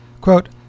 Quote